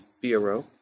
Bureau